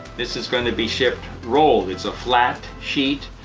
this is going to be shipped rolled. it's a flat sheet,